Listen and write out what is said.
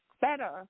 better